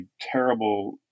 terrible